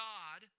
God